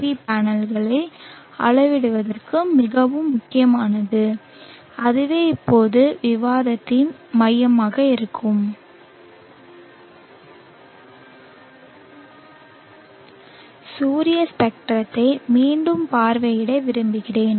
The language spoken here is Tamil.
வி பேனல்களை அளவிடுவதற்கு மிகவும் முக்கியமானது அதுவே இப்போது விவாதத்தின் மையமாக இருக்கும் சூரிய ஸ்பெக்ட்ரத்தை மீண்டும் பார்வையிட விரும்புகிறேன்